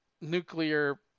nuclear